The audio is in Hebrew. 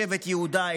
שבט יהודה,